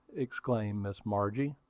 exclaimed miss margie.